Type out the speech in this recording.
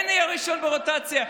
כן יהיה ראשון ברוטציה,